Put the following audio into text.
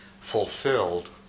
fulfilled